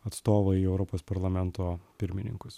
atstovą į europos parlamento pirmininkus